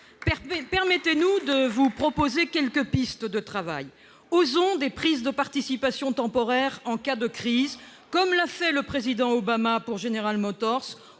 Permettez-nous de vous proposer quelques pistes de travail. Osons des prises de participation temporaires en cas de crise, comme l'a fait le président Obama pour General Motors